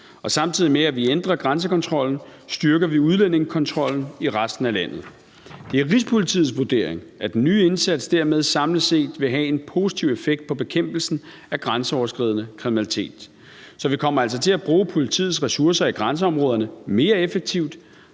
Samtidig med at vi ændrer grænsekontrollen, styrker vi udlændingekontrollen i resten af landet. Det er Rigspolitiets vurdering, at den nye indsats dermed samlet set vil have en positiv effekt på bekæmpelsen af grænseoverskridende kriminalitet. Så vi kommer altså til at bruge politiets ressourcer i grænseområderne mere effektivt,